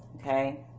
okay